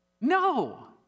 No